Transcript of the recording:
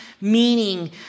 meaning